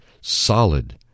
solid